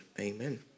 Amen